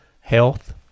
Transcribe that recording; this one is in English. health